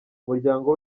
umuryango